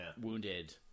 wounded